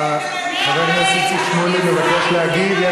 למה אתה לא הראית להם כמה עשית, אדוני השר?